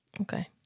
Okay